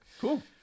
Cool